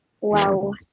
Wow